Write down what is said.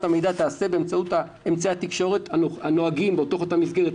המידע תיעשה באמצעות אמצעי התקשורת הנוהגים בתוך אותה מסגרת,